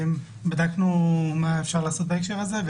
בדקנו מה אפשר לעשות בהקשר הזה.